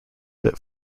that